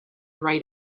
right